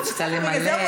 היא צריכה למלא,